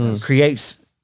creates